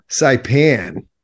Saipan